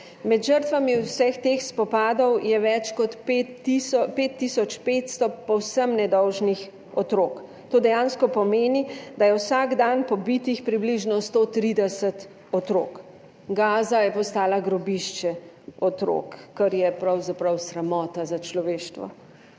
Med žrtvami vseh teh spopadov je več kot 5 tisoč 500 povsem nedolžnih otrok. To dejansko pomeni, da je vsak dan pobitih približno 130 otrok. Gaza je postala grobišče otrok, kar je pravzaprav sramota za človeštvo.